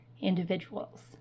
individuals